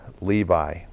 Levi